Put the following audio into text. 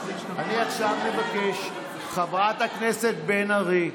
אני עכשיו מבקש, חברת הכנסת בן ארי,